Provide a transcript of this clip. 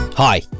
hi